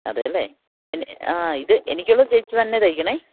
അതെയല്ലേ പിന്നെ ആ ഇത് എനിക്കുള്ളത് ചേച്ചി തന്നെ തയ്ക്കണം